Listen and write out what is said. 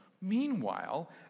Meanwhile